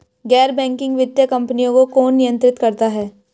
गैर बैंकिंग वित्तीय कंपनियों को कौन नियंत्रित करता है?